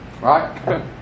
Right